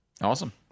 Awesome